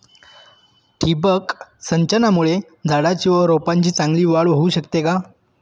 ठिबक सिंचनामुळे झाडाची व रोपांची चांगली वाढ होऊ शकते का?